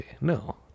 No